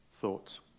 thoughts